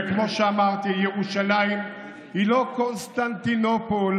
וכמו שאמרתי, ירושלים היא לא קונסטנטינופול,